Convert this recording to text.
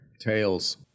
Tails